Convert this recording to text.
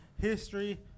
history